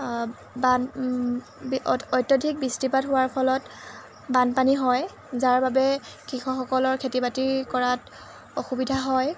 বান অত্যাধিক বৃষ্টিপাত হোৱাৰ ফলত বানপানী হয় যাৰ বাবে কৃষকসকলৰ খেতি বাতি কৰাত অসুবিধা হয়